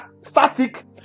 static